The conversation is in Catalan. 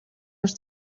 els